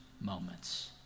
moments